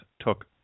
took